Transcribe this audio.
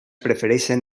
prefereixen